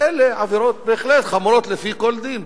אלה עבירות בהחלט חמורות לפי כל דין,